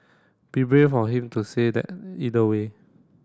be brave of him to say that either way